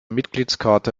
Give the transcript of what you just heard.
mitgliedskarte